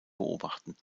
beobachten